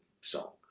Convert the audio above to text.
song